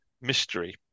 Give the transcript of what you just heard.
mystery